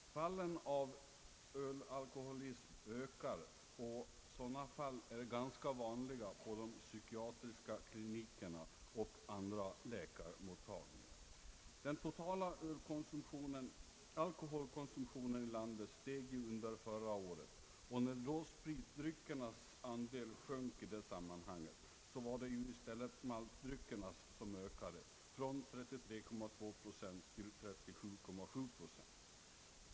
Fallen av ölalkoholism ökar och sådana fall är ganska vanliga på psykiatriska kliniker och andra läkarmottagningar. Den totala alkoholkonsumtionen i landet steg ju förra året, och när spritdryckernas andel sjönk var det i stället maltdryckernas som ökade från 33,2 procent till 37,7 procent.